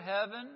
heaven